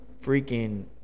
freaking